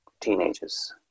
teenagers